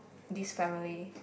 this family